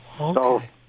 okay